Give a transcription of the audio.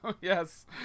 Yes